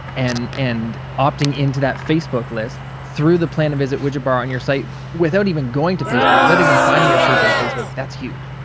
and and opting into that facebook list through the plan-a-visit widget bar on your site without even going to facebook, without even finding your church on facebook. that's huge.